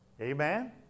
Amen